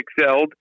excelled